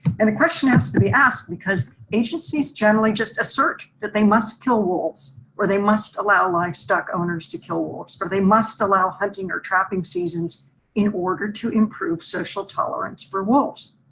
and the question has to be asked, because agencies generally just assert that they must kill wolves or they must allow livestock owners to kill wolves but they must allow hunting or trapping seasons in order to improve social tolerance for wolves.